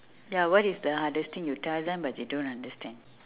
ya what is the hardest thing you tell them but they don't understand